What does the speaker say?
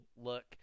look